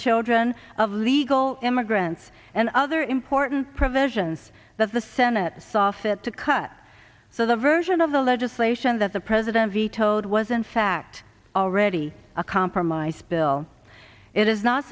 children of illegal immigrants and other important provisions that the senate saw fit to cut so the version of the legislation that the president vetoed was in fact already a compromise bill it is not